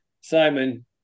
Simon